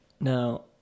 now